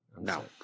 No